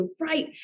right